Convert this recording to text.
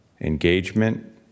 engagement